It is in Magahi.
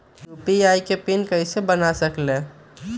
यू.पी.आई के पिन कैसे बना सकीले?